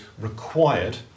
required